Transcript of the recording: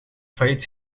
failliet